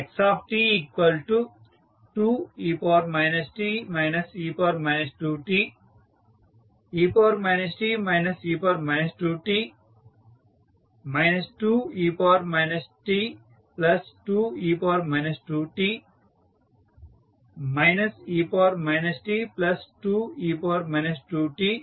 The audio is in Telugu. xt2e t e 2t e t e 2t 2e t2e 2t e t2e 2t x00